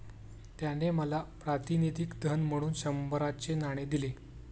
त्याने मला प्रातिनिधिक धन म्हणून शंभराचे नाणे दिले